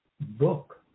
book